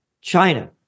China